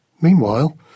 Meanwhile